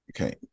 Okay